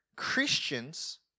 Christians